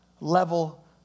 level